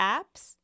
App's